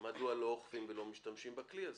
על כך שלא אוכפים ולא משתמשים בכלי הזה,